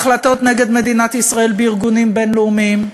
החלטות נגד מדינת ישראל בארגונים בין-לאומיים,